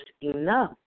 enough